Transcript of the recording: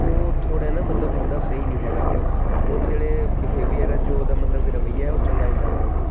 ਉਹ ਥੋੜ੍ਹਾ ਨਾ ਮਤਲਬ ਬੰਦਾ ਸਹੀ ਨਹੀਂ ਹੈਗਾ ਉਹਦੇ ਜਿਹੜੇ ਬਿਹੇਵੀਅਰ ਹੈ ਜੋ ਉਹਦਾ ਮਤਲਬ ਰਵੱਈਆ ਉਹ ਚੰਗਾ ਨਹੀਂ ਲੱਗ ਰਿਹਾ ਜੀ